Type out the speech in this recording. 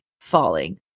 falling